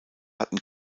hatten